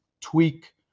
tweak